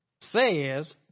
says